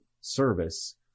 service